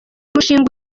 mushinga